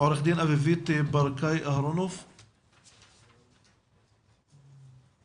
דבר ראשון אנחנו מברכים את כינוס